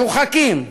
מרוחקים,